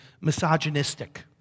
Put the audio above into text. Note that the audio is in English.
misogynistic